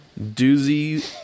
doozy